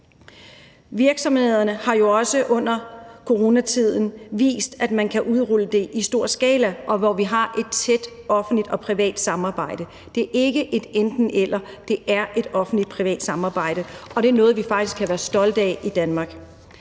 Virksomhederne har jo også under coronatiden vist, at man kan udrulle det i stor skala, og vi har et tæt offentlig-privat samarbejde. Det er ikke et enten-eller, det er et offentlig-privat samarbejde. Det er noget, vi faktisk kan være stolte af i Danmark.